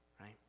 right